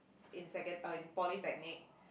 in secon~ uh in polytechnic